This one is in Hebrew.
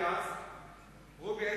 רובי.